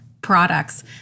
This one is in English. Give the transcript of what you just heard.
products